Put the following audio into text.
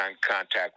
contact